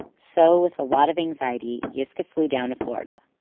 so, with a lot of anxiety, yiscah flew down to florida,